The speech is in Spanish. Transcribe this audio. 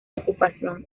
ocupación